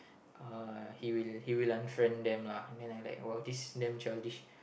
uh he will he will unfriend them lah and I like !wow! this damn childish